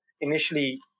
initially